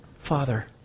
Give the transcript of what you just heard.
Father